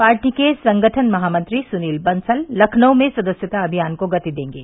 party के संगठन महामंत्री सुनील बंसल लखनऊ में सदस्यता अभियान को गति देंगे